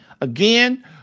again